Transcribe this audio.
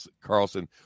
Carlson